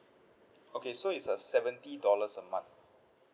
okay so it's a seventy dollars a month